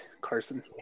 Carson